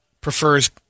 prefers